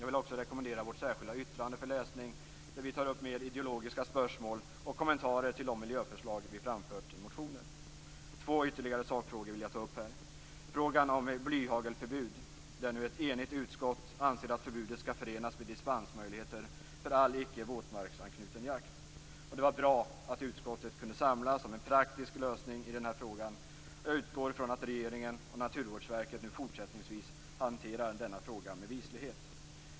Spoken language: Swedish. Jag vill också rekommendera vårt särskilda yttrande för läsning där vi tar upp mer ideologiska spörsmål och kommentarer till de miljöförslag som vi har framfört i motionen. Jag vill ta upp ytterligare två sakfrågor. När det gäller frågan om blyhagelsförbud anser ett enigt utskott att förbudet skall förenas med dispensmöjligheter för all icke våtmarksanknuten jakt. Det var bra att utskottet kunde samlas kring en praktisk lösning i denna fråga, och jag utgår från att regeringen och Naturvårdsverket nu fortsättningsvis hanterar denna fråga med vislighet.